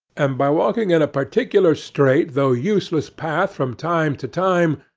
and by walking in a particular straight though useless path from time to time,